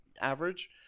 average